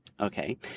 Okay